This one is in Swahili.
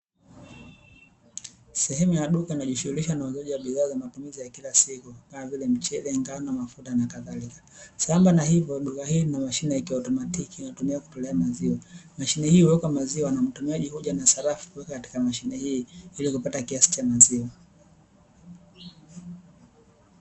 Sehemu ya duka inayojihusisha na uuzaji wa bidhaa kwa matumizi ya kila siku, kama vile mchele, ngao, mafuta na kadhalika. Sambamba na hivyo duka hili lina mashine ya kiotomatiki inayotumika kutolea maziwa. Mashine hii huwekwa maziwa na mtumiaji huja na sarafu kuweka katika mashine hii ili kupata kiasi cha maziwa.